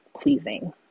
pleasing